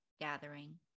gathering